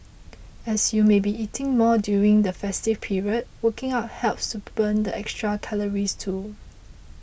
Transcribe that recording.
as you may be eating more during the festive period working out helps to burn the extra calories too